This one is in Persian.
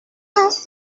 هست